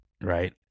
right